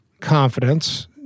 confidence